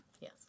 Yes